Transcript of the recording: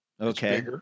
Okay